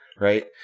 right